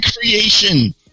creation